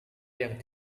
yang